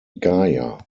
gaya